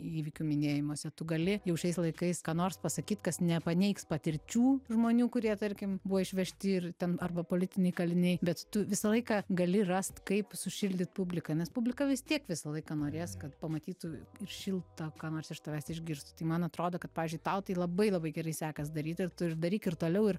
įvykių minėjimuose tu gali jau šiais laikais ką nors pasakyt kas nepaneigs patirčių žmonių kurie tarkim buvo išvežti ir ten arba politiniai kaliniai bet tu visą laiką gali rast kaip sušildyt publiką nes publika vis tiek visą laiką norės kad pamatytų ir šilta ką nors iš tavęs išgirst tai man atrodo kad pavyzdžiui tau tai labai labai gerai sekas daryt ir tu ir daryk ir toliau ir